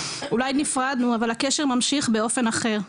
אולי נפרדנו אבל הקשר ממשיך באופן אחר.